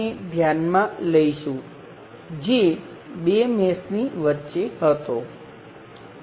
હવે પછી જોઈશું કે તેમાં અમુક અપવાદ છે પરંતુ અત્યારે આપણે આને સાચું માની શકીએ